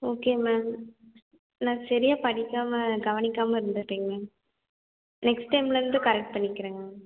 okay ma'am நான் சரியாக படிக்காமல் கவனிக்காமல் இருந்துருட்டேங்க மேம் நெக்ஸ்ட் டைம்லேருந்து கரெக்ட் பண்ணிக்குறேங்க மேம்